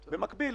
במקביל,